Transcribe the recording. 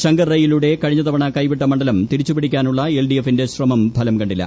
ശങ്കർ റൈയിലൂടെ കഴിഞ്ഞ തവണ കൈവിട്ട മണ്ഡലം തിരിച്ചുപിടിക്കാനുള്ള എൽഡിഎഫിന്റെ ശ്രമം ഫലം കണ്ടില്ല